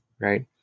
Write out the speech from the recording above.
Right